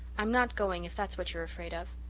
i'm not going if that's what you're afraid of.